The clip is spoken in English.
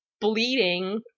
bleeding